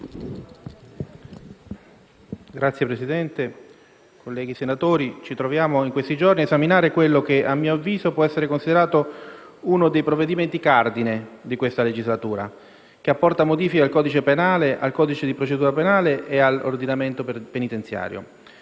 Signor Presidente, colleghi senatori, ci troviamo in questi giorni ad esaminare quello che, a mio avviso, può essere considerato uno dei provvedimenti cardini di questa legislatura, che apporta modifiche al codice penale, al codice di procedura penale e all'ordinamento penitenziario.